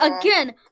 again